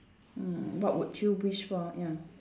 mm what would you wish for ya